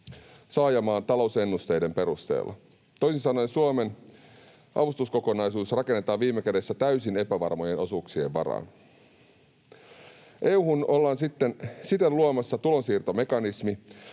saajamaan talousennusteiden perusteella. Toisin sanoen Suomen avustuskokonaisuus rakennetaan viime kädessä täysin epävarmojen osuuksien varaan. EU:hun ollaan siten luomassa tulonsiirtomekanismi,